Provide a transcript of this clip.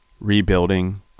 Rebuilding